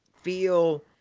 feel